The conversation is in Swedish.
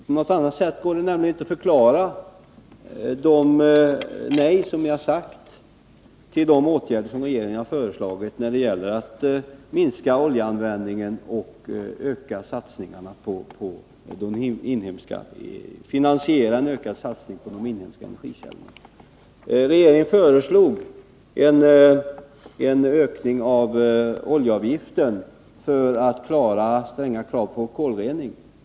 På något annat sätt går det nämligen inte att beskriva det nej som man sagt till vad regeringen föreslagit när det gäller att minska oljeanvändningen och finansiera en ökad satsning på inhemska energikällor. Regeringen föreslog en ökning av oljeavgiften för att klara stränga krav på en kolrening.